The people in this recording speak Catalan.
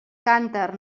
cànter